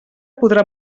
podrà